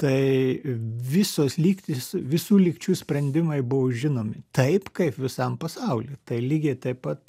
tai visos lygtys visų lygčių sprendimai buvo žinomi taip kaip visam pasauly tai lygiai taip pat